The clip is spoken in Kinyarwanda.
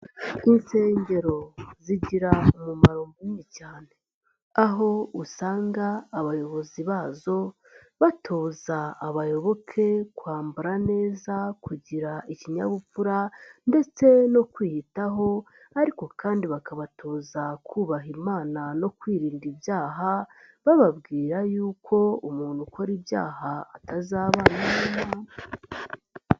Insengero zigira umumaro munini cyane aho usanga abayobozi bazo batoza abayoboke kwambara neza, kugira ikinyabupfura ndetse no kwiyitaho ariko kandi bakabatoza kubaha Imana no kwirinda ibyaha bababwira y'uko umuntu ukora ibyaha atazabana n'Imana.